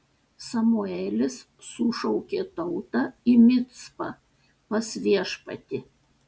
samuelis sušaukė tautą į micpą pas viešpatį